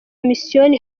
misiyoni